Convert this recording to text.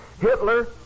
Hitler